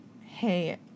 hey